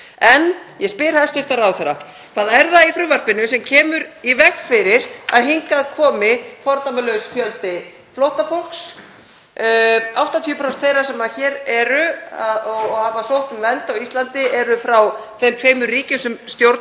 En ég spyr hæstv. ráðherra: Hvað er það í frumvarpinu sem kemur í veg fyrir að hingað komi fordæmalaus fjöldi flóttafólks? 80% þeirra sem hér eru og hafa sótt um vernd á Íslandi eru frá þeim tveimur ríkjum sem stjórnvöld